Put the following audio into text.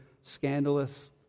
scandalous